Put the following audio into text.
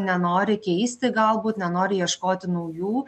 nenori keisti galbūt nenori ieškoti naujų